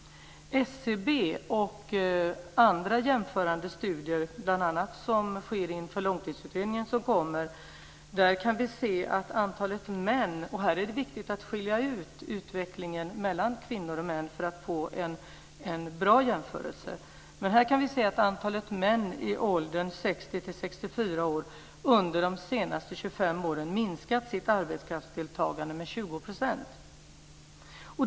I SCB:s och andras jämförande studier, bl.a. de som sker inför den långtidsutredning som kommer, kan vi se att antalet män - och här är det viktigt att skilja mellan utvecklingen hos kvinnor och män för att få en bra jämförelse - i åldern 60-64 år under de senaste 25 åren minskat sitt arbetskraftsdeltagande med 20 %.